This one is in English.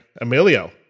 Emilio